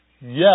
Yes